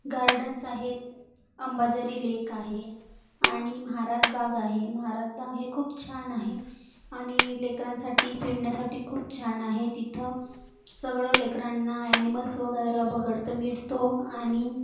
gardens आहेत Ambazari lake आहे आणि महाराज बाग आहे महाराज बाग हे खूप छान आहे आणि लेकरांसाठी फिरण्यासाटी खूप छान आहे तिथं सगळं लेकरांना ॲनिमल्स वगैरेला बघड्त मिळतो आणि